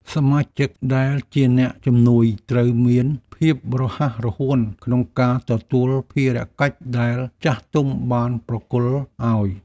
សមាជិកដែលជាអ្នកជំនួយត្រូវមានភាពរហ័សរហួនក្នុងការទទួលភារកិច្ចដែលចាស់ទុំបានប្រគល់ឱ្យ។